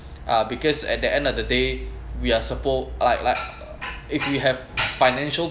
uh because at the end of the day we're supp~ like like if you have financial